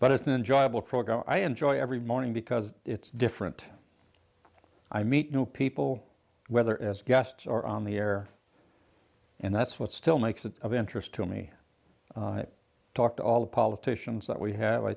but it's enjoyable for go i enjoy every morning because it's different i meet new people whether it's guests or on the air and that's what still makes it of interest to me talk to all the politicians that we have i